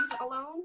alone